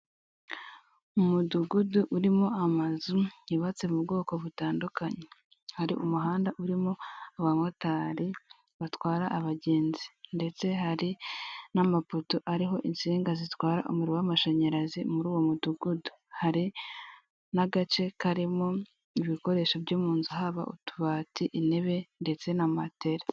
Umudugudu urimo amazu yubatse mu bwoko butandukanye hari umuhanda urimo abamotari batwara abagenzi ndetse hari n'amapoto ariho insinga zitwara umuriro w'amashanyarazi muri uwo mudugudu, hari n'agace karimo ibikoresho byo mu nzu haba utubati intebe ndetse na matera.